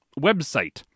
website